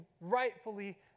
rightfully